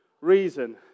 reason